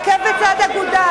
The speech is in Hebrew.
עקב בצד אגודל.